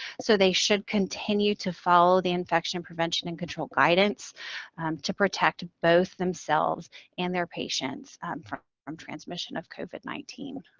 so, they should continue to follow the infection prevention and control guidance to protect both themselves and their patients from transmission of covid nineteen.